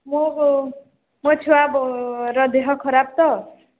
ମୁଁ ମୋ ଛୁଆବର ଦେହ ଖରାପ ତ